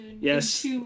Yes